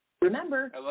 Remember